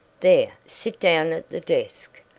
there, sit down at the desk.